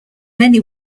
many